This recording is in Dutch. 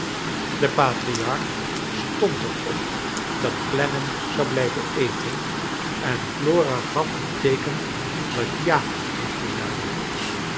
de patriarch stond er op dat clennam zou blijven eten en flora gaf een teeken dat ja moest beduiden